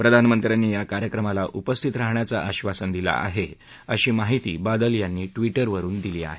प्रधानमंत्र्यांनी या कार्यक्रमाला उपस्थित राहण्याचं आक्षासन दिलं आहे अशी माहिती बादल यांनी ट्विटरवरून दिली आहे